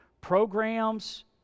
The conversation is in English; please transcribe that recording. Programs